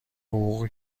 حقوقی